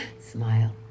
Smile